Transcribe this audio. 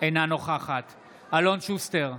אינה נוכחת אלון שוסטר,